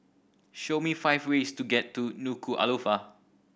show me five ways to get to Nuku'alofa